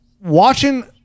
watching